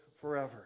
forever